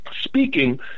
Speaking